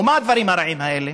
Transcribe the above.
ומה הדברים הרעים האלה?